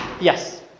Yes